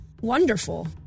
Wonderful